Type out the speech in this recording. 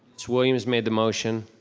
miss williams made the motion.